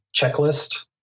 checklist